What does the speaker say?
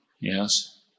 yes